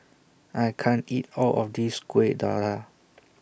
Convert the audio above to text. I can't eat All of This Kuih Dadar